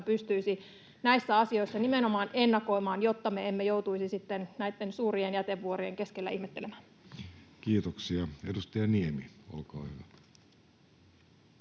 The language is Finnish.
pystyisi näissä asioissa nimenomaan ennakoimaan, jotta me emme joutuisi näitten suurien jätevuorien keskellä ihmettelemään? [Speech 121] Speaker: